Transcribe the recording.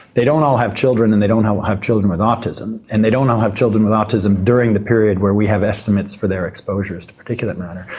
they don't all have children and they don't all have children with autism and they don't all have children with autism during the period where we have estimates for their exposures to particulate matter.